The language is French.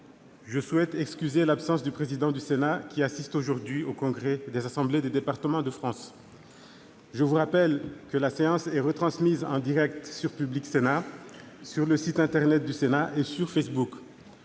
Je souhaite excuser l'absence de M. le président du Sénat, qui assiste aujourd'hui au congrès de l'Assemblée des départements de France. Je rappelle que la séance est retransmise en direct sur Public Sénat, sur le site internet du Sénat et sur Facebook.